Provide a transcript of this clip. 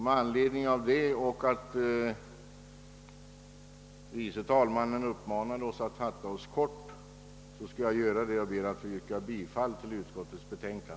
Med anledning av detta och med tanke på att herr förste vice talmannen har uppmanat oss att fatta oss kort ber jag med dessa ord att få yrka bifall till bevillningsutskottets hemställan.